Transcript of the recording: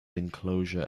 enclosure